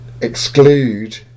exclude